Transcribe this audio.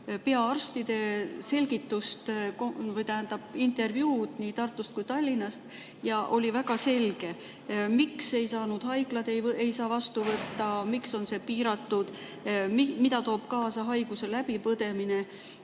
peaarstide selgitust, õigemini intervjuusid nendega nii Tartus kui Tallinnas, ja oli väga selge, miks ei saa haiglad inimesi vastu võtta, miks on see piiratud, mida toob kaasa haiguse läbipõdemine.